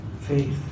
Faith